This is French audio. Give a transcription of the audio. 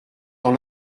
dans